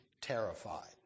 terrified